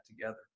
together